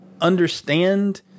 understand